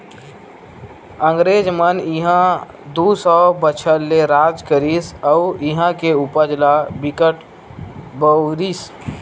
अंगरेज मन इहां दू सौ बछर ले राज करिस अउ इहां के उपज ल बिकट बउरिस